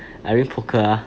I bring poker ah